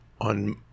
on